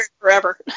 forever